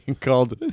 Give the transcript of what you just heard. called